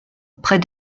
près